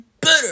better